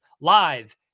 live